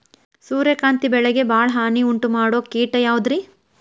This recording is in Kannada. ಸೂರ್ಯಕಾಂತಿ ಬೆಳೆಗೆ ಭಾಳ ಹಾನಿ ಉಂಟು ಮಾಡೋ ಕೇಟ ಯಾವುದ್ರೇ?